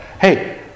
hey